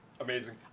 Amazing